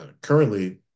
currently